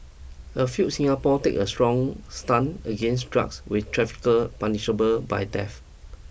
a few Singapore takes a strong stance against drugs with traffickers punishable by death